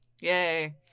Yay